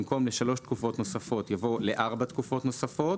במקום "לשלוש תקופות נוספות" יבוא "לארבע תקופות נוספות".